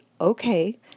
okay